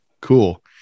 cool